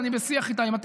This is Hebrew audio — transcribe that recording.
יהיה חוק על שמו.